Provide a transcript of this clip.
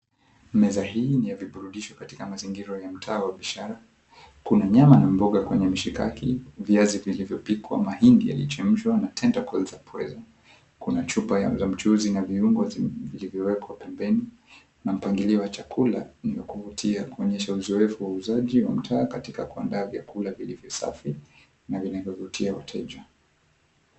Meza hii yenye viburudisho katika mazingira ya mtaa wa biashara kuna nyama na mboga kwenye mshikaki, viazi vilivyopikwa, mahindi yaliyochemshwa na tentacles za pweza. Kuna chupa za mchuzi na viungo vilivyowekwa pembeni na mpangilio wa chakula ni wa kuvutia kuonyesha uzoefu wa wauzaji wa mtaa katika kuandaa vyakula vilivyo safi na vinavyovutia wateja.